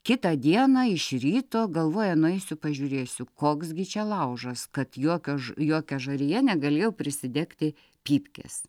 kitą dieną iš ryto galvoja nueisiu pažiūrėsiu koks gi čia laužas kad jokio jokia žarija negalėjo prisidegti pypkės